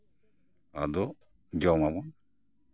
ᱟᱫᱚ ᱡᱚᱢ ᱟᱵᱚᱱ